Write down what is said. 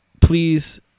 please